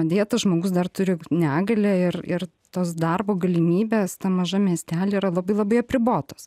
deja tas žmogus dar turi negalią ir ir tos darbo galimybės tam mažam miestely yra labai labai apribotos